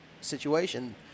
situation